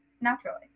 Naturally